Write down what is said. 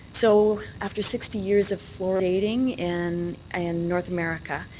so after sixty years of fluoridating in and north america,